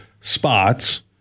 spots